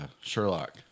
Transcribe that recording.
Sherlock